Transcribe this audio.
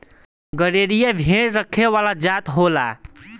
गरेरिया भेड़ रखे वाला जात होला